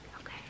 Okay